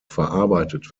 verarbeitet